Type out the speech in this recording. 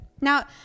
Now